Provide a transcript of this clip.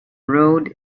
road